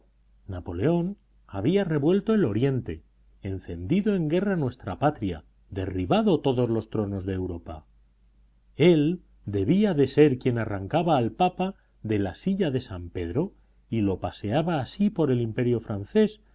napoleón había revuelto el oriente encendido en guerra nuestra patria derribado todos los tronos de europa él debía de ser quien arrancaba al papa de la silla de san pedro y lo paseaba así por el imperio francés